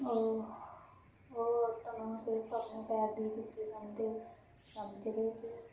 ਉਹ ਉਹ ਔਰਤਾਂ ਨੂੰ ਸਿਰਫ਼ ਆਪਣੇ ਪੈਰ ਦੀ ਜੁੱਤੀ ਸਮਝਦੇ ਸਮਝਦੇ ਸੀ